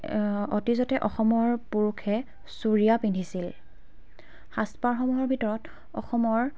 অতীজতে অসমৰ পুৰুষে চুৰীয়া পিন্ধিছিল সাজ পাৰসমূহৰ ভিতৰত অসমৰ